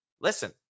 listen